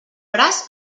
braç